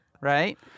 right